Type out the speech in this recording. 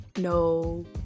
no